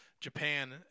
Japan